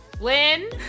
Lynn